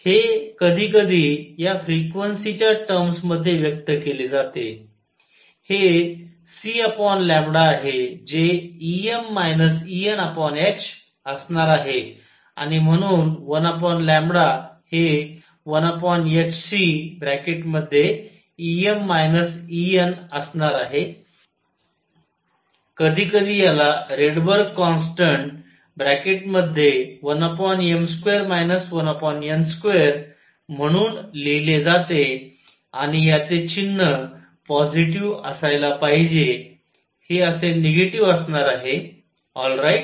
हे कधी कधी या फ्रिक्वेन्सी च्या टर्म्स मध्ये व्यक्त केले जाते हे cλ आहे जे Em Enh असणार आहे आणि म्हणून 1 λ हे 1hcअसणार आहे कधी कधी ह्याला रेडबर्ग कॉन्स्टन्ट 1m2 1n2 म्हणून लिहिले जाते आणि ह्याचे चिन्ह पॉजिटीव्ह असायला पाहिजे हे असे निगेटिव्ह असणार आहे ऑल राईट